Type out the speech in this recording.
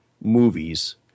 movies